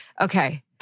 Okay